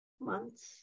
months